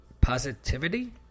positivity